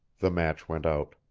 the match went out.